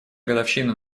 годовщина